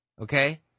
Okay